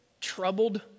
troubled